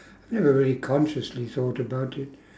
I never really consciously thought about it